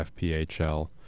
fphl